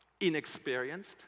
inexperienced